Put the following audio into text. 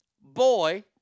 Boy